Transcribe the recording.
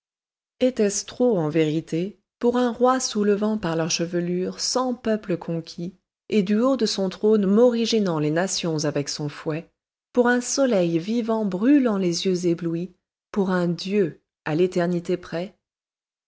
était-ce trop en vérité pour un roi soulevant par leur chevelure cent peuples conquis et du haut de son trône morigénant les nations avec son fouet pour un soleil vivant brûlant les yeux éblouis pour un dieu à l'éternité près